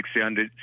600